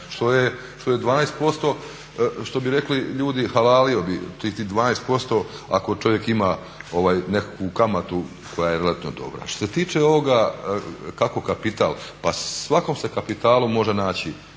što bi rekli ljudi havalio bi tih 12% ako čovjek ima nekakvu kamatu koja je relativno dobra. Što se tiče ovoga kako kapital, pa svakom se kapitalu može naći